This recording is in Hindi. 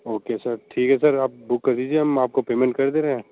ओके सर ठीक है सर आप बुक कर दीजिए हम आपको पेमेंट कर दे रहे हैं